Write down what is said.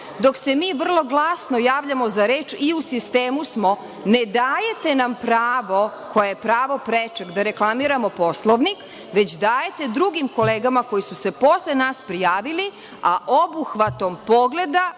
Dok se mi vrlo glasno javljamo za reč i u sistemu smo, ne dajete nam pravo, koje je pravo prečeg, da reklamiramo Poslovnik, već dajete drugim kolegama koji su se posle nas prijavili, a obuhvatom pogleda